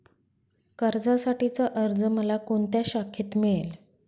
कर्जासाठीचा अर्ज मला कोणत्या शाखेत मिळेल?